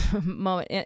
moment